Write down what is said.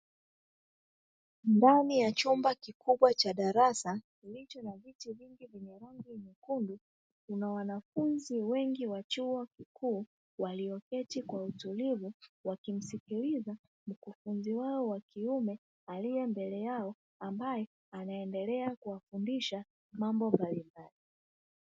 Ndani ya chumba kikubwa cha darasa kilicho na viti vingi vyenye rangi nyekundu, kuna wanafunzi wengi wa chuo kikuu walioketi kwa utulivu wakimsikiliza mkufunzi wao wa kiume aliye mbele yao ambaye anaendelea kuwafundisha mambo mbalimbali.